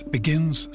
Begins